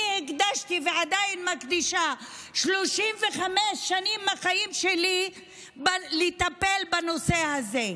אני הקדשתי ועדיין מקדישה 35 שנים מהחיים שלי לטפל בנושא הזה.